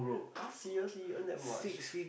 !huh! seriously earn that much